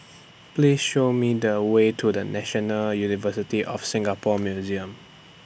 Please Show Me The Way to The National University of Singapore Museums